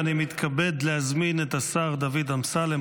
אני מתכבד להזמין את השר דוד אמסלם,